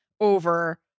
over